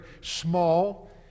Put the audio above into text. small